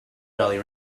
jolly